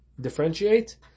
differentiate